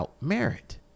merit